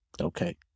Okay